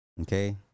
Okay